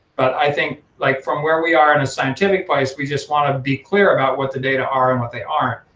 but i think like from where we are at a scientific place, we just wanna be clear about what the data are and what they aren't,